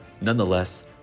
Nonetheless